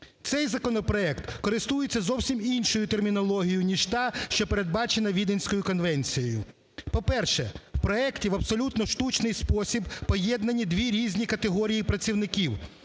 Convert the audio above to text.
Цей законопроект користується зовсім іншою термінологією, ніж та, що передбачена Віденською конвенцією. По-перше, в проекті в абсолютно штучний спосіб поєднані дві різні категорії працівників